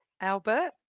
Albert